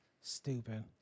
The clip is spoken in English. Stupid